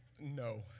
No